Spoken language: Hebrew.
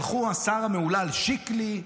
הלך השר המהולל שיקלי,